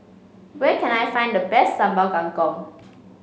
where can I find the best Sambal Kangkong